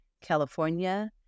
California